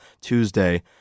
Tuesday